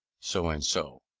so and so.